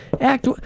act